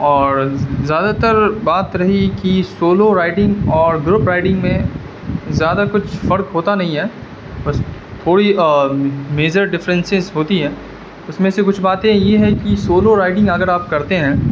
اور زیادہ تر بات رہی کہ سولو رائیڈنگ اور گروپ رائیڈنگ میں زیادہ کچھ فرق ہوتا نہیں ہے بس تھوڑی میجر ڈفرینسز ہوتی ہے اس میں سے کچھ باتیں یہ ہیں کہ سولو رائیڈنگ اگر آپ کرتے ہیں